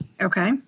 Okay